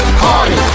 party